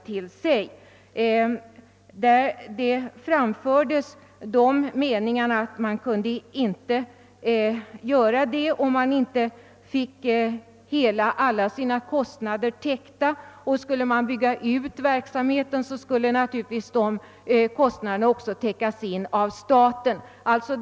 Man ansåg sig inte kunna göra det om man inte fick alla kostnader täckta, och skulle man bygga ut verksamheten skulle även kostnaderna härför täckas av staten.